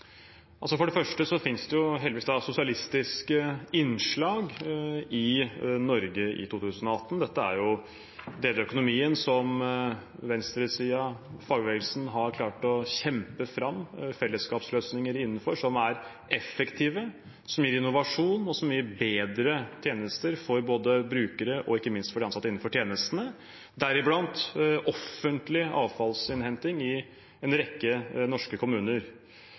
for? For det første finnes det heldigvis sosialistiske innslag i Norge i 2018. Dette er jo deler av økonomien der venstresiden og fagbevegelsen har klart å kjempe fram fellesskapsløsninger som er effektive, som gir innovasjon, og som gir bedre tjenester for både brukere og ikke minst de ansatte innenfor tjenestene, deriblant offentlig avfallsinnhenting i en rekke norske kommuner.